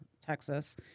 Texas